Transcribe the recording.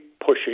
pushing